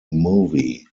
movie